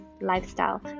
lifestyle